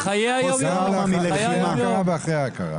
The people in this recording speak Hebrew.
גם לפני ההכרה ואחרי ההכרה.